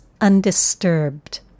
undisturbed